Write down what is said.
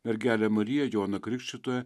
mergelę mariją joną krikštytoją